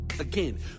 Again